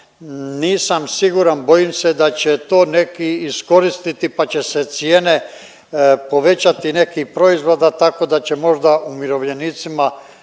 nisam siguran, bojim se da će to neki iskoristiti pa će se cijene povećati nekih proizvoda tako će možda umirovljenicima